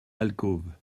alcôve